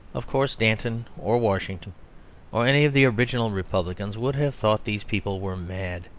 of course danton or washington or any of the original republicans would have thought these people were mad.